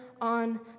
on